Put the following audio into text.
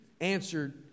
answered